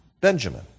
Benjamin